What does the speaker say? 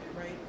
right